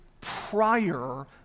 prior